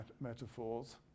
metaphors